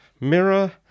mirror